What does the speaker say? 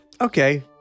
okay